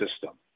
system